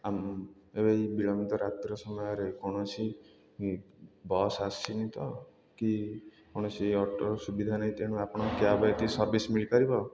ଆ ଏବେ ଏ ବିଳମିତ ରାତ୍ର ସମୟରେ କୌଣସି ବସ୍ ଆସିନି ତ କି କୌଣସି ଅଟୋର ସୁବିଧା ନାଇଁ ତେଣୁ ଆପଣ କ୍ୟାବ୍ ଏଠି ସର୍ଭିସ୍ ମିଳିପାରିବ